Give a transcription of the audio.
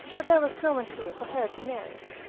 but there was no one here for her to marry.